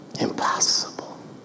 Impossible